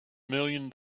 million